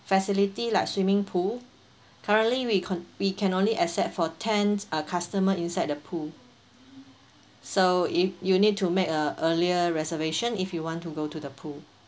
facility like swimming pool currently we can we can only accept for ten uh customer inside the pool so if you need to make uh a earlier reservation if you want to go to the pool